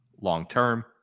long-term